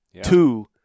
two